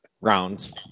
rounds